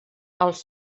als